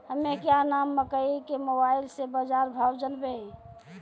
हमें क्या नाम मकई के मोबाइल से बाजार भाव जनवे?